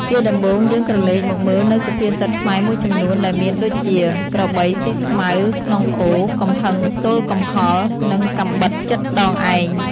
ជាដំបូងយើងក្រឡេកមកមើលនៅសុភាសិតខ្មែរមួយចំនួនដែលមានដូចជា ក្របីស៊ីស្មៅក្នុងអូរ កំហឹងទល់កំហល់ និងកាំបិតជិតដងឯង។